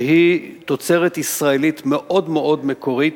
שהיא תוצרת ישראלית מאוד-מאוד מקורית,